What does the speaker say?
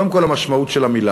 קודם כול המשמעות של המילה.